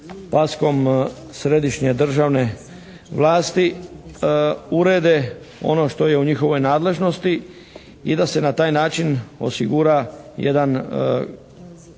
paskom Središnje državne vlasti, urede ono što je u njihovoj nadležnosti i da se na taj način osigura jedan